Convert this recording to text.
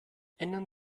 ändern